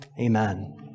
Amen